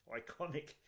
iconic